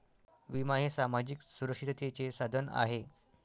विमा हे सामाजिक सुरक्षिततेचे साधन आहे